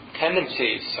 tendencies